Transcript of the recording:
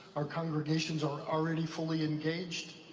our congregations are already fully engaged.